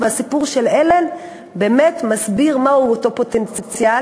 והסיפור של אלן מסביר מהו אותו פוטנציאל,